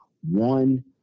one